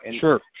sure